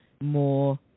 more